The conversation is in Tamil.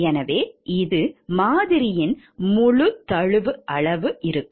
எனவே இது மாதிரியின் முழு முழுத் தழுவு அளவு இருக்கும்